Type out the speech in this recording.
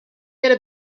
gonna